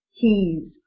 keys